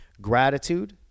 gratitude